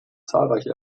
zahlreiche